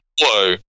whoa